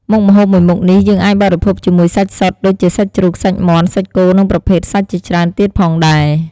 មុខម្ហូបមួយមុខនេះ យើងអាចបរិភោគជាមួយសាច់សុទ្ធ ដូចជាសាច់ជ្រូក សាច់មាន់ សាច់គោនិងប្រភេទសាច់ជាច្រើនទៀតផងដែរ។